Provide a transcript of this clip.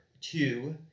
two